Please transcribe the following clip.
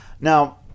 Now